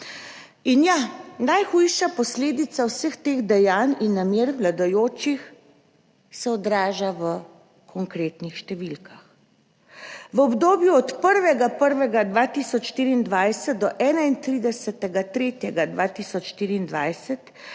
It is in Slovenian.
In ja, najhujša posledica vseh teh dejanj in namer vladajočih se odraža v konkretnih številkah: v obdobju od prvega 1. 1. 2024 do 31. 3. 2024